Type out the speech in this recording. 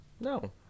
No